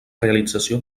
realització